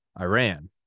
Iran